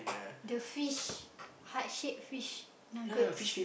the fish heart shape fish nuggets